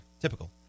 typical